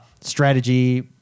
strategy